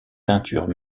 teintures